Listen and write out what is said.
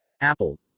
Apple